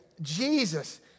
Jesus